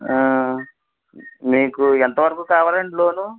మీకు ఎంతవరకు కావాలండి లోను